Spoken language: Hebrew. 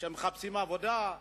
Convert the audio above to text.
שמחפשים עבודה,